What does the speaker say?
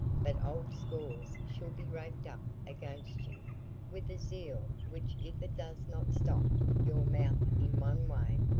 but old scores shall be raked up against you with a zeal which if it does not stop your mouth in one way,